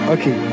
Okay